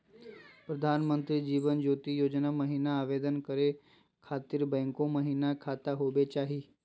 प्रधानमंत्री जीवन ज्योति योजना महिना आवेदन करै खातिर बैंको महिना खाता होवे चाही?